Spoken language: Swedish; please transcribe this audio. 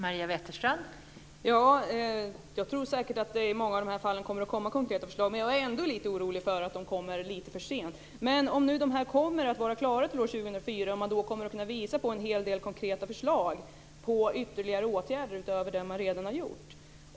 Fru talman! Jag tror säkert att det kommer konkreta förslag, men jag är ändå lite orolig för att de kommer för sent. Dessa utredningar kommer alltså att vara klara till 2004 och då ska de presentera konkreta förslag till ytterligare åtgärder utöver dem som redan har vidtagits.